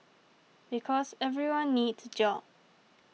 because everyone needs job